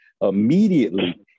Immediately